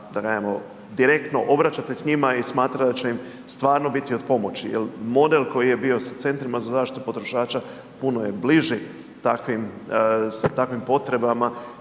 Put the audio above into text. da kažemo direktno se obraćati s njima i smatra da će im stvarno biti od pomoći jer model koji je bio s centrima za zaštitu potrošača puno je bliži takvim, za takvim potrebama